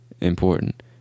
important